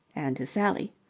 and to sally.